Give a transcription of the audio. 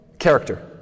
character